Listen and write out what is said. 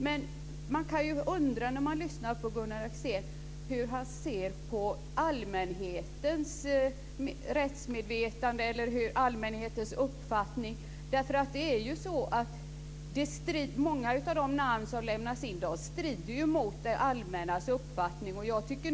Men man kan undra när man lyssnar på Gunnar Axén hur han ser på allmänhetens rättsmedvetande eller det allmännas uppfattning. Många av de namn som lämnas utanför strider mot den allmänna uppfattningen.